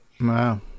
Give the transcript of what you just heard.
Wow